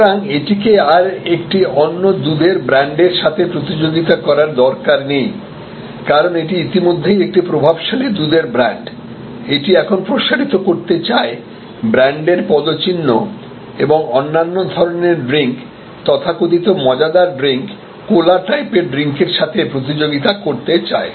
সুতরাং এটিকে আর অন্য দুধের ব্র্যান্ডের সাথে প্রতিযোগিতা করার দরকার নেই কারণ এটি ইতিমধ্যে একটি প্রভাবশালী দুধের ব্র্যান্ড এটি এখন প্রসারিত করতে চায় ব্র্যান্ডের পদচিহ্ন এবং অন্যান্য ধরণের ড্রিঙ্ক তথাকথিত মজাদার ড্রিঙ্ক কোলা টাইপের ড্রিংকের সাথে প্রতিযোগিতা করতে চায়